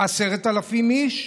עשרת אלפים איש,